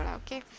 okay